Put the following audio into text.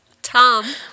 Tom